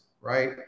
right